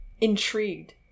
intrigued